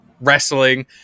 Wrestling